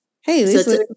hey